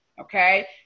okay